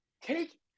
take